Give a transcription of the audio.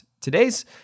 Today's